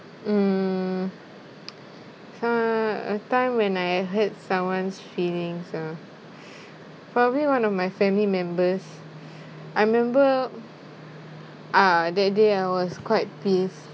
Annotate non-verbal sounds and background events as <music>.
mm <noise> a time when I hurt someone's feelings ah probably one of my family members I remember ah that day I was quite pissed